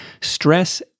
stress